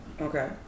Okay